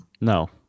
No